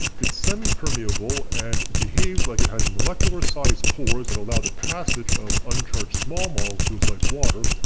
it's semipermeable and behaves like it has molecular sized pores that allow the passage of uncharged small molecules like water,